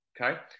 okay